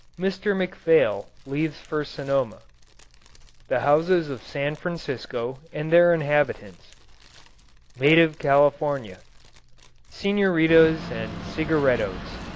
mr. mcphail leaves for sonoma the houses of san francisco, and their inhabitants native california senoritas and cigarettos.